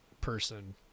person